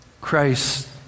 Christ